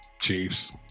Chiefs